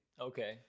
Okay